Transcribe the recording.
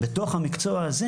בתוך המקצוע הזה,